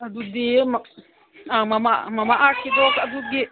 ꯑꯗꯨꯗꯤ ꯃꯛ ꯃꯃꯥ ꯑꯥꯔꯠꯀꯤꯗꯣ ꯑꯗꯨꯒꯤ